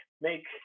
make